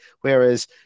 whereas